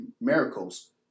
miracles